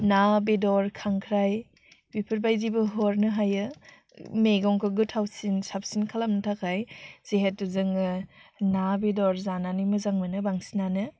ना बेदर खांख्राइ बिफोरबायदिबो हरनो हायो मेगंखौ गोथावसिन साबसिन खालामनो थाखाय जिहेतु जोङो ना बेदर जानानै मोजां मोनो बांसिनानो